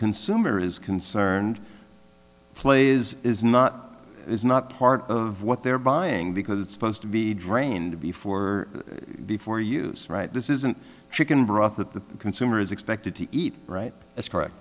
consumer is concerned play is is not is not part of what they're buying because it's supposed to be drained before before use right this isn't chicken broth that the consumer is expected to eat right that's correct